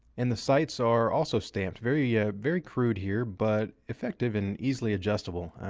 and the sights are also stamped. very yeah very crude here, but effective and easily adjustable.